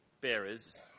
bearers